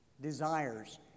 desires